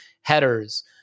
headers